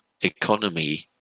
economy